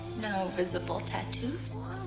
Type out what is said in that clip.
no visible tattoos.